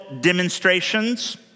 demonstrations